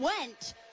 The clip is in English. went